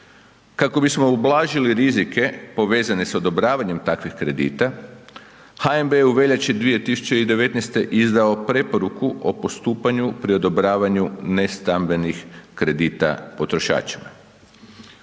Kako bismo ublažili rizike povezane s odobravanjem takvih kredita, HNB je u veljači 2019. izdao preporuku o postupanju pri odobravanju nestambenih kredita potrošačima.